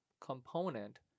component